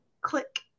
click